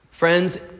Friends